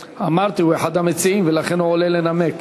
אמרתי: הוא אחד המציעים, ולכן הוא עולה לנמק.